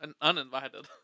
uninvited